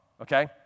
okay